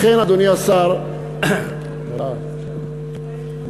לכן, אדוני השר, אני